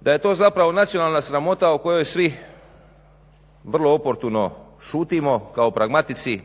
da je to zapravo nacionalna sramota o kojoj svi vrlo oportuno šutimo kao pragmatici